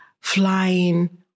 flying